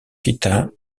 kita